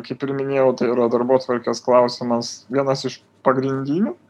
kaip ir minėjau tai yra darbotvarkės klausimas vienas iš pagrindinių